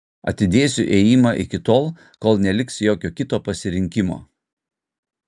atidėsiu ėjimą iki tol kol neliks jokio kito pasirinkimo